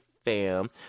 Fam